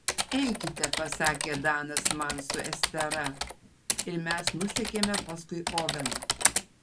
eikite pasakė danas man su estera ir mes nusekėme paskui oveną